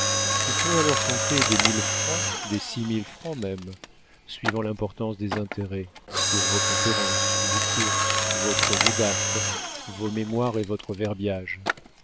vous pouvez alors compter des mille francs des six mille francs même suivant l'importance des intérêts pour vos conférences vos courses vos projets d'actes vos mémoires et votre verbiage